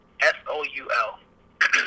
S-O-U-L